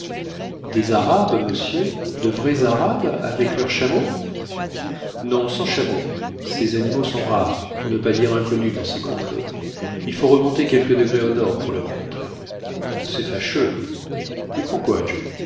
des arabes monsieur de vrais arabes avec leurs chameaux non sans chameaux ces animaux sont rares pour ne pas dire inconnus dans ces contrées il faut remonter quelques degrés au nord pour les rencontrer c'est fâcheux et pourquoi joe